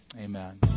amen